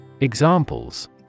Examples